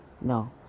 no